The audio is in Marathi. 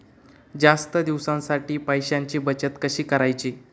जास्त दिवसांसाठी पैशांची बचत कशी करायची?